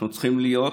אנחנו צריכים להיות